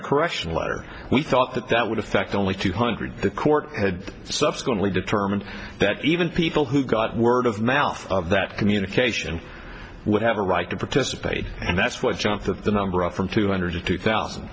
correction letter we thought that that would affect only two hundred the court had subsequently determined that even people who got word of mouth of that communication would have a right to participate and that's what jumped that the number up from two hundred to two thousand